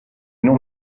non